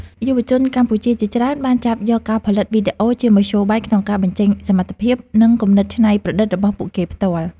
យុវជនកម្ពុជាជាច្រើនបានចាប់យកការផលិតវីដេអូជាមធ្យោបាយក្នុងការបញ្ចេញសមត្ថភាព និងគំនិតច្នៃប្រឌិតរបស់ពួកគេផ្ទាល់។